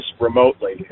remotely